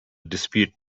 dispute